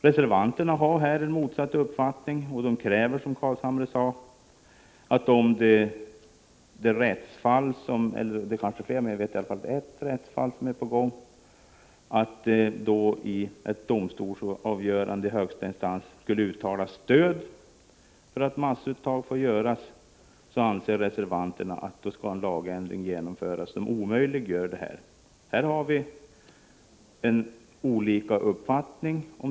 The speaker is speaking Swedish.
Reservanterna har här en motsatt uppfattning, och de kräver, som Carlshamre sade, att om det då det gäller ett rättsfall — det kanske är fler — som är under behandling vid ett domstolsavgörande i högsta instans skulle uttalas stöd för att massuttag får göras, skall det ske en lagändring som omöjliggör sådant. Här har vi olika uppfattning.